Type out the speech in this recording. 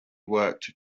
worked